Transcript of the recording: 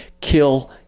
kill